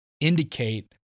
indicate